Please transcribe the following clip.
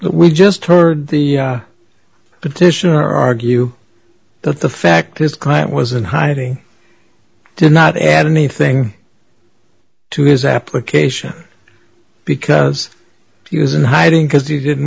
we just heard the petition argue that the fact his client was in hiding did not add anything to his application because he was in hiding because he didn't